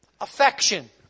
affection